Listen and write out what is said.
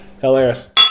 Hilarious